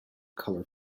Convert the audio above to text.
colour